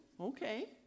okay